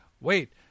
Wait